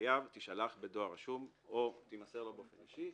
לחייב תישלח בדואר רשום או תימסר לו באופן אישי,